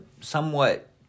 somewhat